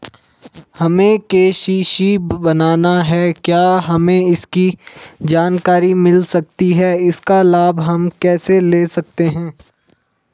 हमें के.सी.सी बनाना है क्या हमें इसकी जानकारी मिल सकती है इसका लाभ हम कैसे ले सकते हैं?